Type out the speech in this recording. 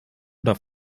oder